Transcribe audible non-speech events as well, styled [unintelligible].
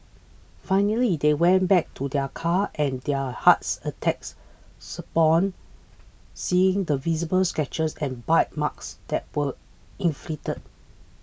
finally they went back to their car and their hearts [unintelligible] upon seeing the visible scratches and bite marks that were inflicted